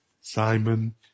Simon